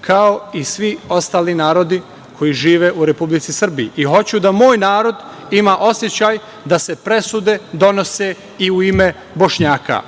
kao i svi ostali narodi koji žive u Republici Srbiji. I hoću da moj narod ima osećaj da se presude donose i u ime Bošnjaka,